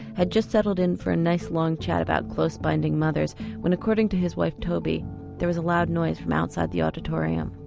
had just settled in for a nice long chat about close binding mothers when according to his wife toby there was a loud noise from outside the auditorium.